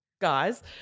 guys